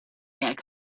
back